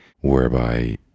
whereby